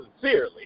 sincerely